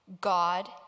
God